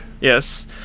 Yes